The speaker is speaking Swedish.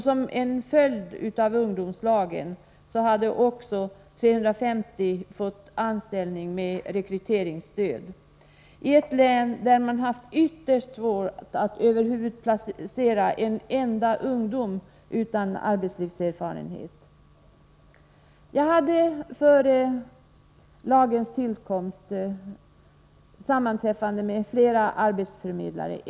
Som en följd av ungdomslagen hade också 350 fått anställning med rekryteringsstöd — och detta i ett län där man har haft ytterst svårt att över huvud taget placera en enda ungdom utan arbetslivserfarenhet. Jag hade före lagens tillkomst ett sammanträffande med flera arbetsförmedlare.